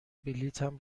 بلیطم